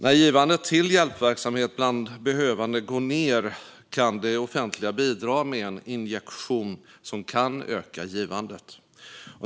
När givandet till hjälpverksamhet bland behövande går ned kan det offentliga bidra med en injektion som kan öka givandet.